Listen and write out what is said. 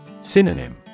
Synonym